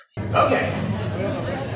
Okay